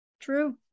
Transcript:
True